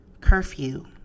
curfew